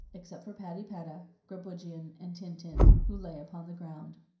except for patypata, grabugeon, and tintin, who lay upon the ground.